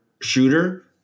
shooter